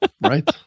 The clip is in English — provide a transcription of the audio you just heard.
Right